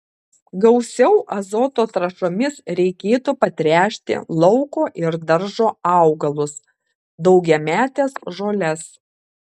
gausiau azoto trąšomis reikėtų patręšti lauko ir daržo augalus daugiametes žoles